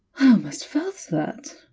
i almost felt that!